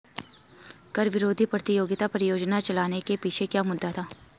कर विरोधी प्रतियोगिता परियोजना चलाने के पीछे क्या मुद्दा था?